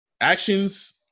actions